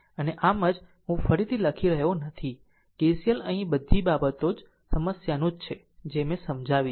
અને આમ જ હું ફરીથી લખી રહ્યો નથી KCL અહીં આ બધી બાબતો સમસ્યાનું જ છે જે મેં સમજાવી છે